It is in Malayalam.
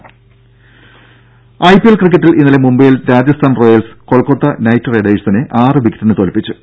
രുദ ഐപി എൽ ക്രിക്കറ്റിൽ ഇന്നലെ മുംബൈയിൽ രാജസ്ഥാൻ റോയൽസ് കൊൽക്കത്ത നൈറ്റ് റൈഡേഴ്സിനെ ആറ് വിക്കറ്റിന് തോൽപ്പിച്ചു